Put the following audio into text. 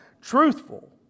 truthful